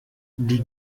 die